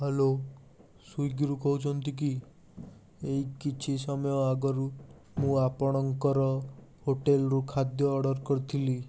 hello ସ୍ଵିଗୀରୁ କହୁଛନ୍ତିକି ଏଇ କିଛି ସମୟ ଆଗରୁ ମୁଁ ଆପଣଙ୍କର ହୋଟେଲ୍ ରୁ ଖାଦ୍ୟ ଅର୍ଡ଼ର୍ କରିଥିଲି